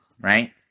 Right